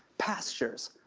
pastures,